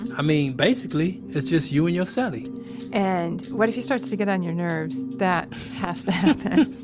i mean, basically, it's just you and your so cellie and what if he starts to get on your nerves. that has to happen